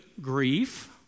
grief